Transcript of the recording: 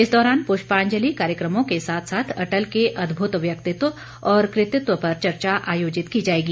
इस दौरान पुष्पांजलि कार्यक्रमों के साथ साथ अटल के अदभुत व्यक्तित्व और कृतित्व पर चर्चा आयोजित की जाएगी